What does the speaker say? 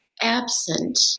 absent